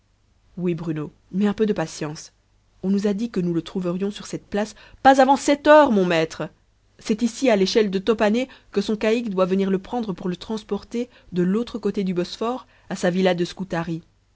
oui bruno mais un peu de patience on nous a dit que nous le trouverions sur cette place pas avant sept heures mon maître c'est ici à l'échelle de top hané que son caïque doit venir le prendre pour le transporter de l'autre côté du bosphore à sa villa de